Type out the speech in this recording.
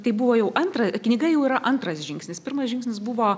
tai buvo jau antra knyga jau yra antras žingsnis pirmas žingsnis buvo